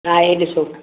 हा ही ॾिसो